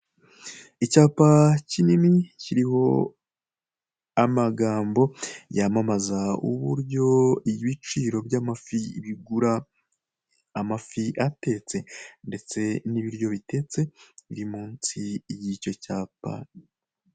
Icyapa kinini, kiriho amagambo yamamaza uburyo ibiciro by'amafi bigura, amafi atetse. Ndetse n'ibiryo bitetse, biri munsi y'icyo cyapa.